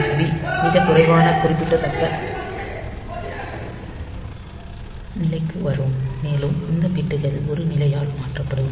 B மிகக் குறைவான குறிப்பிடத்தக்க நிலைக்கு வரும் மேலும் இந்த பிட்கள் ஒரு நிலையால் மாற்றப்படும்